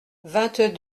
vingt